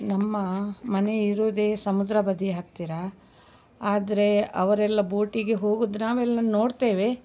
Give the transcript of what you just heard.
ನಮ್ಮ ಮನೆ ಇರೋದೇ ಸಮುದ್ರ ಬದಿ ಹತ್ತಿರ ಆದರೇ ಅವರೆಲ್ಲ ಬೋಟಿಗೆ ಹೋಗುದು ನಾವೆಲ್ಲ ನೋಡ್ತೇವೆ